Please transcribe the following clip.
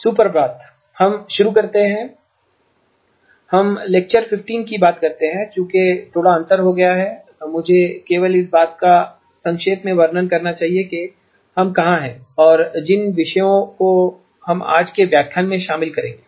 सुप्रभात हम शुरू करते हैं हम लेक्चर 15 की बात करते हैं और चूंकि थोड़ा अंतर हो गया है मुझे केवल इस बात का संक्षेप में वर्णन करना चाहिए कि हम कहां हैं और जिन विषयों को हम आज के व्याख्यान में शामिल करेंगे